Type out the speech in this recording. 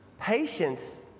Patience